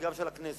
וגם של הכנסת,